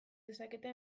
dezakete